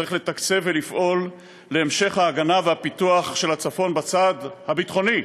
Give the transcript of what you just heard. צריך לתקצב ולפעול להמשך ההגנה והפיתוח של הצפון בצד הביטחוני,